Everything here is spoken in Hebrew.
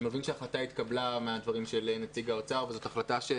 אני מבין מהדברים של נציג האוצר שההחלטה התקבלה.